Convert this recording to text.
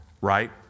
right